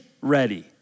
ready